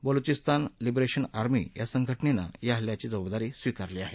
Baluchistan liberation army या संघटनेनं हल्ल्याची जबाबदारी स्वीकारली आहे